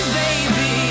baby